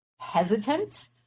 Hesitant